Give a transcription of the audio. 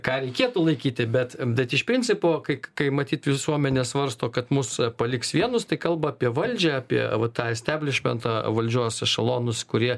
ką reikėtų laikyti bet bet iš principo kai kai matyt visuomenė svarsto kad mus paliks vienus tai kalba apie valdžią apie va tą esteblišmentą valdžios ešelonus kurie